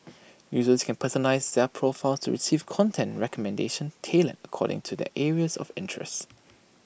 users can personalise their profiles to receive content recommendations tailored according to their areas of interest